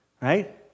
right